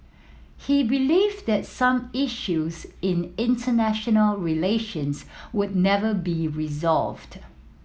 he believed that some issues in international relations would never be resolved